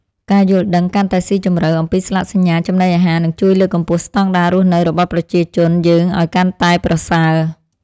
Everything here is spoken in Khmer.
ការយល់ដឹងកាន់តែស៊ីជម្រៅអំពីស្លាកសញ្ញាចំណីអាហារនឹងជួយលើកកម្ពស់ស្តង់ដាររស់នៅរបស់ប្រជាជនយើងឱ្យកាន់តែប្រសើរ។